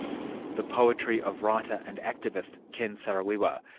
the poetry of writer and activist ken saro wiwa,